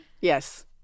yes